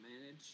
manage